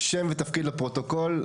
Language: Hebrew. שם ותפקיד לפרוטוקול.